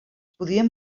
podien